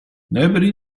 nobody